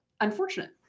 unfortunate